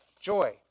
joy